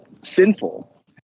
sinful